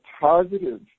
positive